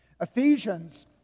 Ephesians